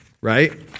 right